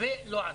ולא עזר.